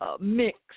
mix